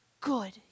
good